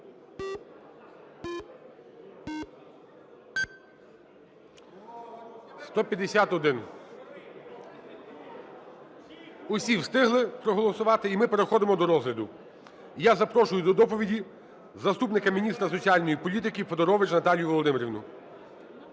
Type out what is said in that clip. За-151 Всі встигли проголосувати. І ми переходимо до розгляду. Я запрошую до доповіді заступника міністра соціальної політики Федорович Наталію Володимирівну.